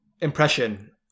impression